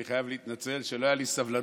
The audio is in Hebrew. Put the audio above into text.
אני חייב להתנצל שלא הייתה לי סבלנות